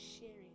sharing